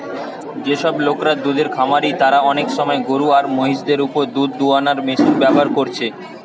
যেসব লোকরা দুধের খামারি তারা অনেক সময় গরু আর মহিষ দের উপর দুধ দুয়ানার মেশিন ব্যাভার কোরছে